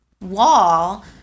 wall